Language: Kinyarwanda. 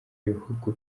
bihugu